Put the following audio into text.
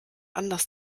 anders